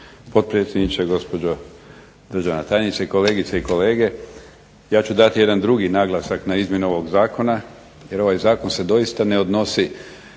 potpredsjedniče, gospođo državna tajnice, kolegice i kolege. Ja ću dati jedan drugi naglasak na izmjene ovog zakona jer ovaj zakon se doista ne odnosi